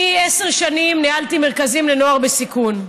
אני עשר שנים ניהלתי מרכזים לנוער בסיכון,